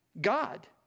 God